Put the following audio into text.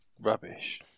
rubbish